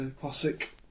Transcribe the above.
classic